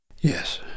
Yes